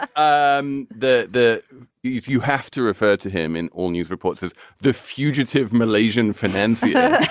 ah um the the you have to refer to him in all news reports as the fugitive malaysian financier.